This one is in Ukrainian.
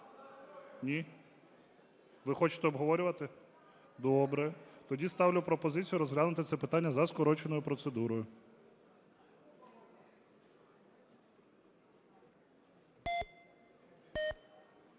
Ні? Ви хочете обговорювати? Добре. Тоді ставлю пропозицію розглянути це питання за скороченою процедурою.